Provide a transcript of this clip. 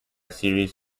series